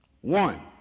one